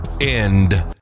end